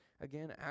again